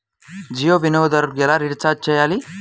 జియో వినియోగదారులు ఎలా రీఛార్జ్ చేయాలి?